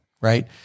right